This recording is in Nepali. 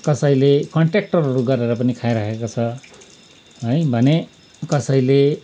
कसैले कन्ट्याक्टरहरू गरेर पनि खाइरहेको छ है भने कसैले